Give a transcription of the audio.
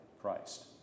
Christ